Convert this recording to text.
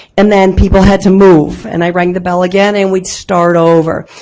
and then people had to move and i rang the bell again and we'd start over.